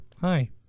Hi